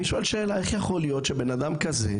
אני שואל איך יכול להיות שבן אדם כזה,